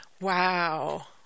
Wow